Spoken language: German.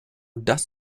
das